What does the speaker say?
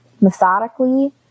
methodically